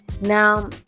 Now